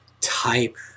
type